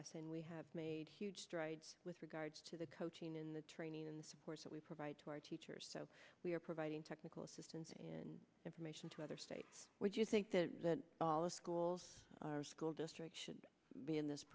us and we have made huge strides with regards to the coaching in the training and support that we provide to our teachers so we are providing technical assistance and information to other states where do you think the allah schools our school district should be in this